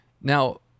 now